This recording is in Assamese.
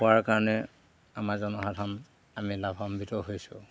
পোৱাৰ কাৰণে আমাৰ জনসাধাৰণ আমি লাভাম্ৱিত হৈছোঁ